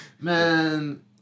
man